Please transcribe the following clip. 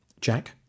Jack